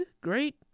great